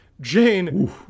Jane